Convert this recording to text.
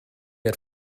had